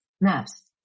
Maps